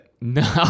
No